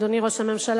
אדוני ראש הממשלה,